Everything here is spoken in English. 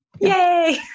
Yay